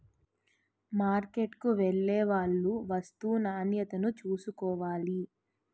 మార్కెట్కు వెళ్లేవాళ్లు వస్తూ నాణ్యతను చూసుకోవాలి